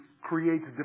creates